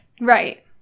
Right